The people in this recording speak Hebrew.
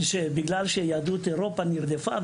בגלל שיהדות אירופה נרדפה,